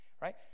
right